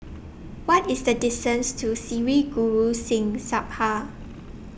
What IS The distance to Sri Guru Singh Sabha